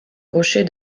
rocher